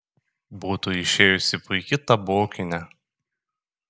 būtų išėjusi puiki tabokinė